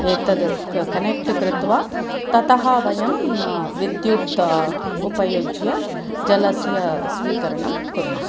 एतद् क् कनेक्ट् कृत्वा ततः वयं विद्युत् उपयुज्य जलस्य स्वीकरणं कुर्मः